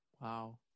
Wow